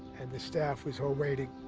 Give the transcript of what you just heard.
and the staff was all waiting